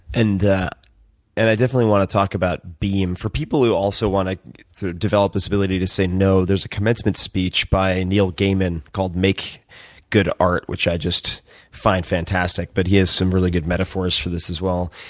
and and i definitely want to talk about beme. for people who also want to develop this ability to say no, there's a commencement speech by neil gaiman called make good art, which i just find fantastic. but he has some really good metaphors for this as well.